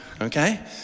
okay